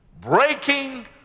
Breaking